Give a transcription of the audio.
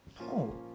No